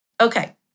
Okay